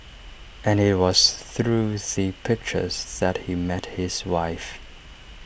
and IT was through the pictures that he met his wife